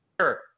sure